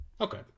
okay